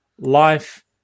life